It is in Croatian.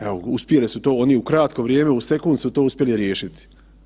Evo, uspjeli su to oni u kratko vrijeme, u sekund su to uspjeli riješiti.